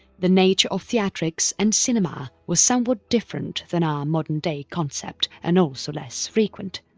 the nature of theatrics and cinema was somewhat different than our modern day concept and also less frequent.